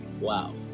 Wow